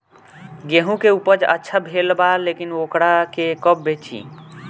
गेहूं के उपज अच्छा भेल बा लेकिन वोकरा के कब बेची?